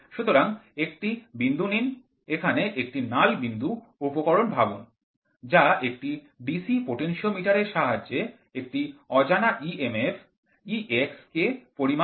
সুতরাং একটি বিন্দু নিন এখানে একটি নাল বিন্দু উপকরণ ভাবুন যা একটি DC পোটেনশিওমিটার এর সাহায্যে একটি অজানা emf Ex কে পরিমাপ করে